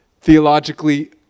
theologically